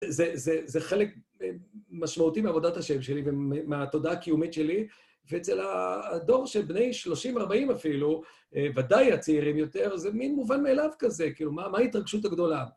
זה חלק משמעותי מעבודת השם שלי ומהתודעה הקיומית שלי, ואצל הדור של בני 30-40 אפילו, ודאי הצעירים יותר, זה מין מובן מאליו כזה, כאילו, מה ההתרגשות הגדולה?